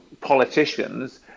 politicians